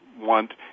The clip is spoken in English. want